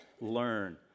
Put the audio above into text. learn